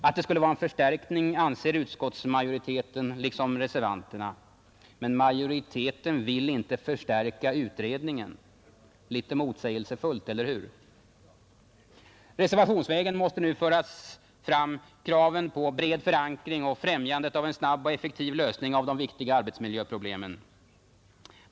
Att det skulle vara en förstärkning anser utskottsmajoriteten liksom reservanterna, men majoriteten vill inte förstärka utredningen. Litet motsägelsefullt, eller hur? Reservationsvägen måste nu föras fram kraven på bred förankring och främjande av en snabb och effektiv lösning av de viktiga arbetsmiljöproblemen.